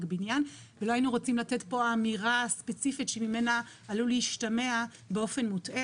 בנין ולא היינו רוצים לתת פה אמירה ספציפית שממנה עלול להשתמע באופן מוטעה